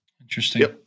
interesting